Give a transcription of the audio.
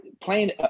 Playing